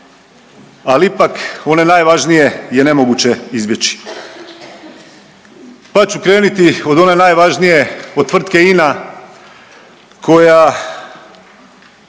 ali ipak, one najvažnije je nemoguće izbjeći pa ću kreniti od one najvažnije, od tvrtke INA koja